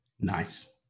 Nice